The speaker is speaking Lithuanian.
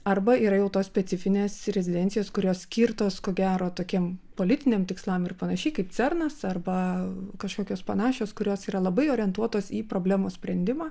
arba yra jau tos specifinės rezidencijos kurios skirtos ko gero tokiem politiniam tikslam ir panašiai kaip cernas arba kažkokios panašios kurios yra labai orientuotos į problemos sprendimą